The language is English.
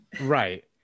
right